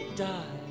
die